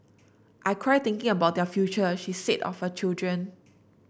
I cry thinking about their future she said of her children